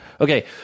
Okay